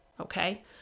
Okay